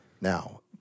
now